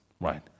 Right